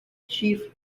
chief